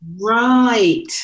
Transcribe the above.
Right